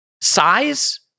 size